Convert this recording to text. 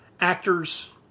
actors